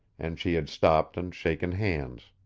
and she had stopped and shaken hands.